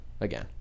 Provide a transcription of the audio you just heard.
again